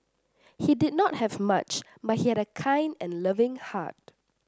he did not have much but he had a kind and loving heart